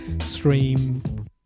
stream